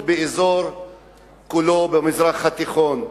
מיעוט באזור כולו במזרח התיכון.